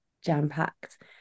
jam-packed